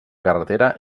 carretera